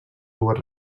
dues